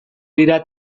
dira